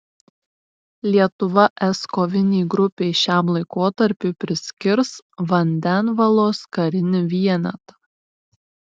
lietuva es kovinei grupei šiam laikotarpiui priskirs vandenvalos karinį vienetą